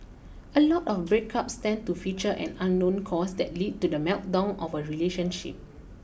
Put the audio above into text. a lot of breakups tend to feature an unknown cause that lead to the meltdown of a relationship